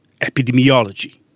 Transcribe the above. epidemiology